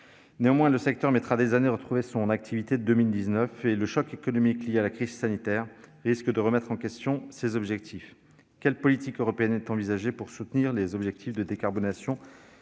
Néanmoins, le secteur mettra des années à retrouver son activité de 2019, et le choc économique lié à la crise sanitaire risque que de remettre en question ces objectifs. Quelle politique européenne est-elle envisagée pour soutenir les objectifs de décarbonation